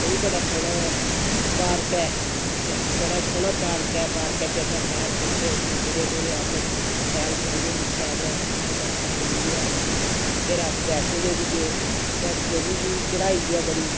ओह् बी बड़ा सोह्ना पार्क ऐ उत्थै बड़ा सोह्ना पार्क ऐ पार्क च असें सैर कीत्ते उत्थै फिरे टुरे अस शैल करियै दिक्खेआ असें उत्थु बापस चली गे आई ऐ फिर अस बैश्णो दे बी गे बैश्णो देवी चढ़ाई ऐ बड़ी